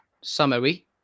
Summary